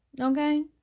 Okay